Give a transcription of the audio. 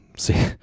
See